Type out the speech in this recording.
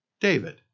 David